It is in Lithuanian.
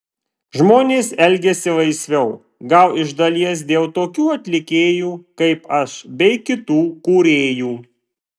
žmonės elgiasi laisviau gal iš dalies dėl tokių atlikėjų kaip aš bei kitų kūrėjų